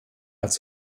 als